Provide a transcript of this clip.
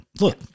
Look